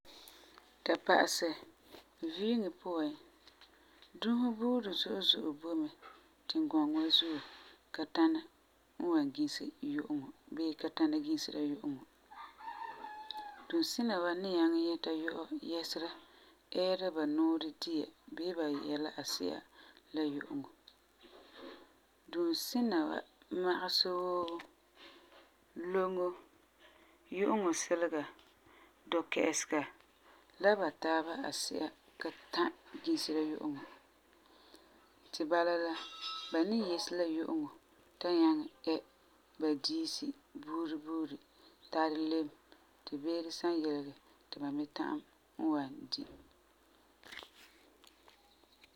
Ta pa'asɛ viiŋo puan, dunsi buuri zo'e zo'e boi mɛ tingɔŋɔ wa zuo ka tãna n wan gise yu'uŋɔ bii ka tãna gisera yu'uŋɔ. Duunsina wa ni nyɛta yɔ'ɔ yɛsera ɛɛra ba nuurɛ dia bii ba yɛla asi'a la yu'uŋɔ. Duunsina wa magesɛ wuu loŋo, yu'uŋɔ silega, dɔkɛ'ɛsega la ba taaba asi'a ka tã gisera yu'uŋɔ. Ti bala la, ba ni yese la yu'uŋɔ ta nyaŋɛ ɛ ba diisi buuri buuri tari lebe ti beere san yilegɛ ti ba me ta'am n wan di.